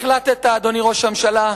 החלטת, אדוני ראש הממשלה,